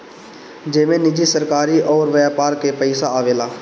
जेमे निजी, सरकारी अउर व्यापार के पइसा आवेला